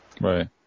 Right